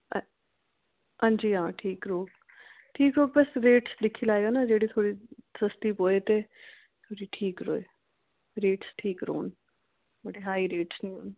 हां जी हां ठीक रौह्ग ठीक तुस रेट दिक्खी लैएओ ना जेह्ड़ी थोह्ड़ी सस्ती पोए ते थोह्ड़ी ठीक रोह्ए रेट ठीक रौह्न बट हाई रेट नी होन